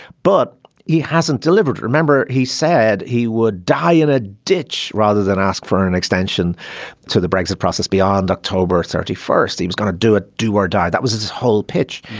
but he hasn't delivered. remember he said he would die in a ditch rather than ask for an extension to the brexit process beyond october thirty first. he was going to do a do or die. that was his whole pitch.